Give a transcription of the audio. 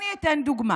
אני אתן דוגמה.